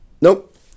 Nope